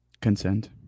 Consent